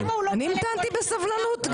המתנתי בסבלנות.